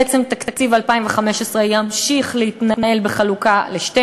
בעצם תקציב 2015 ימשיך להתנהל בחלוקה ל-12.